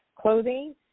clothing